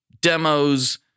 demos